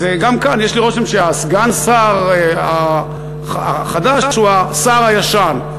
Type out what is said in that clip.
אז גם כאן יש לי רושם שהסגן שר החדש הוא השר הישן,